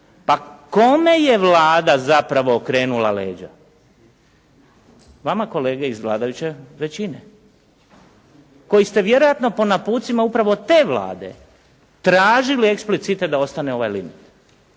Pa kome je Vlada zapravo okrenula leđa? Vama kolege iz vladajuće većine koji ste vjerojatno po naputcima upravo te vlade tražili eksplicite da ostane ovaj limit,